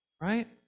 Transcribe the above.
Right